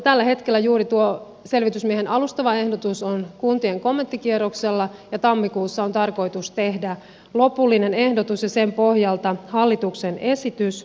tällä hetkellä juuri tuo selvitysmiehen alustava ehdotus on kuntien kommenttikierroksella ja tammikuussa on tarkoitus tehdä lopullinen ehdotus ja sen pohjalta hallituksen esitys